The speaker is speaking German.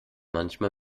manchmal